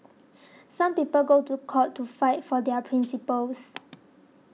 some people go to court to fight for their principles